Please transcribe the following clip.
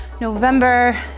November